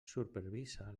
supervisa